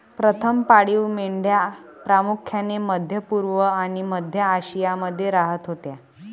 प्रथम पाळीव मेंढ्या प्रामुख्याने मध्य पूर्व आणि मध्य आशियामध्ये राहत होत्या